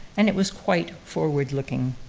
and it was quite forward-looking.